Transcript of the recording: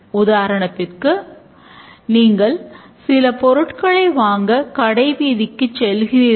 உதாரணத்திற்கு நீங்கள் சில பொருட்கள் வாங்க கடைவீதிக்கு செல்கிறீர்கள்